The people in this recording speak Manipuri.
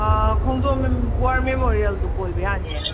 ꯈꯣꯡꯖꯣꯝ ꯋꯥꯔ ꯃꯦꯃꯣꯔꯤꯌꯦꯜꯗꯣ ꯀꯣꯏꯕ ꯌꯥꯅꯤꯌꯦ